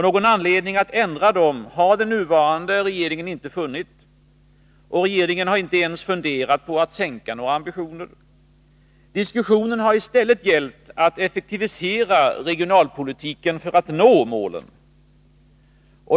Någon anledning att ändra dem har den nuvarande regeringen inte funnit. Regeringen har inte ens funderat på att sänka några ambitioner. Diskussionen har i stället gällt att effektivisera regionalpolitiken för att nå målen.